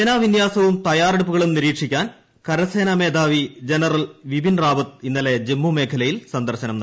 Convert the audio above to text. സേനാ വിന്യാസവും തയ്യാറെടുപ്പുകളും നിരീക്ഷിക്കാൻ കരസേനാ മേധാവി ജനറൽ വിപിൻ റാവത്ത് ഇന്നലെ ജമ്മു മേഖലയിൽ സന്ദർശനം നടത്തി